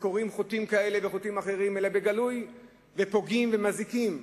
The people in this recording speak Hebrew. קורעים חוטים כאלה ואחרים בגלוי, ופוגעים ומזיקים,